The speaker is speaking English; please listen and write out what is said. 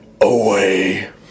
away